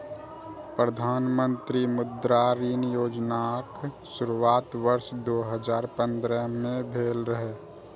प्रधानमंत्री मुद्रा ऋण योजनाक शुरुआत वर्ष दू हजार पंद्रह में भेल रहै